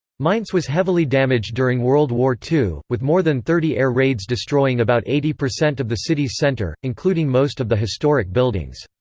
mainz was heavily damaged during world war ii, with more than thirty air raids destroying about eighty percent of the city's center, including most of the historic buildings.